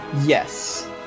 Yes